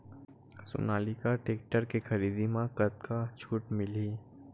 Sonalika tractor के खरीदी मा कतका छूट मीलही?